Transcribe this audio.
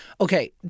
okay